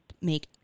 make